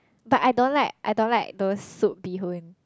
but I don't like I don't like those soup bee-hoon